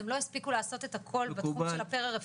אז הם לא הספיקו לעשות את הכל בתחום של הפרה-רפואי.